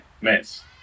mess